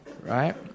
Right